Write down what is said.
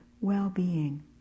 well-being